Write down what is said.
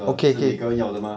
okay kay